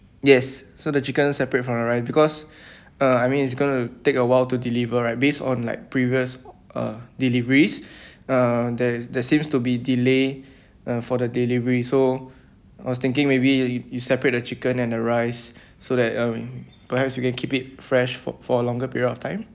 yes so the chicken separate from the rice because uh I mean it's going to take a while to deliver right based on like previous uh deliveries uh there there seems to be delayed uh for the delivery so I was thinking maybe you you separate the chicken and the rice so that um perhaps you can keep it fresh for for a longer period of time